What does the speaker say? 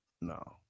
no